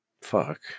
Fuck